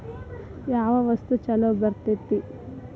ಯಾವ ವಸ್ತು ಛಲೋ ಬರ್ತೇತಿ?